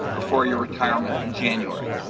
before your retirement in january.